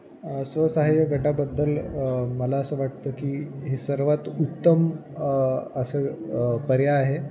स्वसाहाय्य गटाबद्दल मला असं वाटतं की हे सर्वात उत्तम असा पर्याय आहे